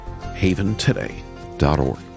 haventoday.org